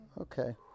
Okay